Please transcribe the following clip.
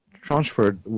transferred